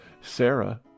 Sarah